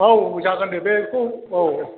औ जागोन दे बेखौ औ